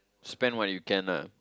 spend what you can ah